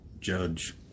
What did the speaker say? Judge